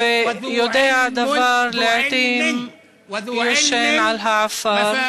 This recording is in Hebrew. ויודע דבר לעתים ישן על העפר.